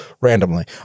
randomly